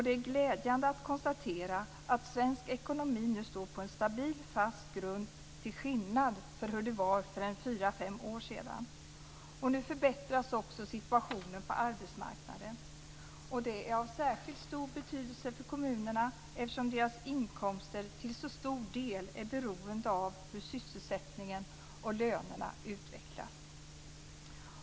Det är glädjande att konstatera att svensk ekonomi nu står på en stabil fast grund, till skillnad från hur det var för fyra fem år sedan. Nu förbättras också situationen på arbetsmarknaden. Det är av särskilt stor betydelse för kommunerna, eftersom deras inkomster till så stor del är beroende av hur sysselsättningen och lönerna utvecklas.